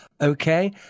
Okay